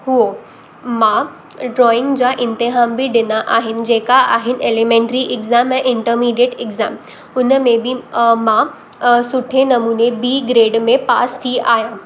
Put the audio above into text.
हुयो मां ड्रॉइंग जा इम्तेहान बि ॾिना आहिनि जेका आहिनि एलीमेंट्री एक्ज़ाम ऐं इंटरमीडिएट एक्ज़ाम हुनमें बि मां सुठे नमूने बी ग्रेड में पास थी आहियां